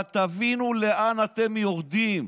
אבל תבינו לאן אתם יורדים.